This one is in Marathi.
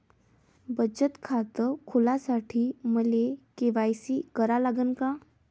बचत खात खोलासाठी मले के.वाय.सी करा लागन का?